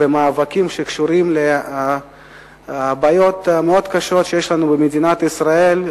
במאבקים שקשורים לבעיות המאוד קשות שיש לנו במדינת ישראל.